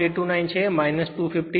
829 છે 250